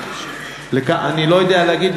אני לא יודע להגיד.